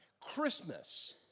Christmas